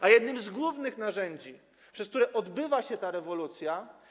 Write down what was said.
A jednym z głównych narzędzi, przez które odbywa się ta rewolucja.